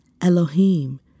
Elohim